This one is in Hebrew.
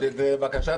אין בקשת